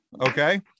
Okay